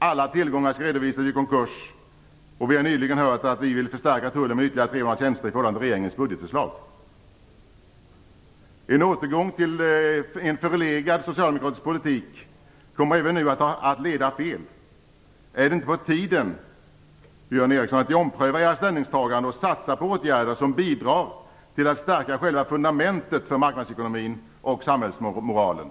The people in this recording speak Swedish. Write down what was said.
Alla tillgångar skall redovisas vid konkurs. Som vi nyligen har hört vill vi förstärka tullen med ytterligare 300 tjänster i förhållande till regeringens budgetförslag. En återgång till en förlegad socialdemokratisk politik kommer även nu att leda fel. Är det inte på tiden, Björn Ericson, att ni omprövar era ställningstaganden och satsar på åtgärder som bidrar till att stärka själva fundamentet för marknadsekonomin och samhällsmoralen?